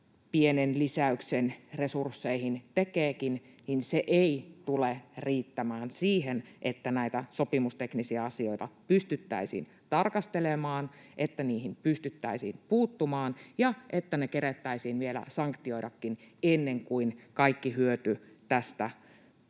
pienen lisäyksen resursseihin tekeekin, niin se ei tule riittämään siihen, että näitä sopimusteknisiä asioita pystyttäisiin tarkastelemaan, että niihin pystyttäisiin puuttumaan ja että ne kerettäisiin vielä sanktioidakin ennen kuin kaikki hyöty tästä